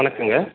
வணக்கங்க